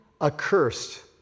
accursed